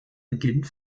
beginnt